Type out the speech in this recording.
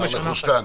מר נחושתן,